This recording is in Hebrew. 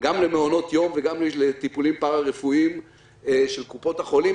גם למעונות יום וגם לטיפולים פרה-רפואיים של קופות החולים.